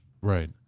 Right